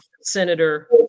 senator